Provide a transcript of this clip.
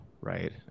right